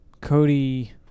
Cody